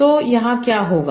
तो यहाँ क्या होगा